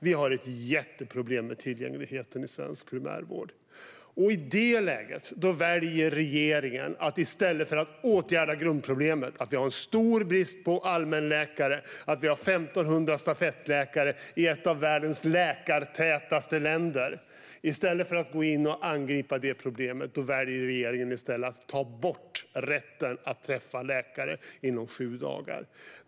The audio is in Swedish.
Vi har ett jätteproblem med tillgängligheten i svensk primärvård. I stället för att angripa och åtgärda grundproblemet med en stor brist på allmänläkare och med 1 500 stafettläkare i ett av världens mest läkartäta länder väljer regeringen att ta bort rätten att träffa läkare inom sju dagar.